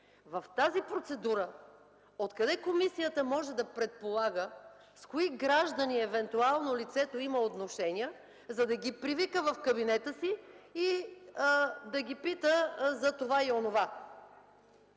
В тази процедура откъде комисията може да предполага с кои граждани евентуално лицето има отношения, за да ги привика в кабинета си и да ги пита за това и онова?